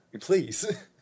Please